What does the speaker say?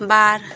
ᱵᱟᱨ